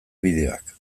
bideoak